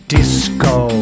Disco